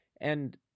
And-